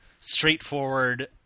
straightforward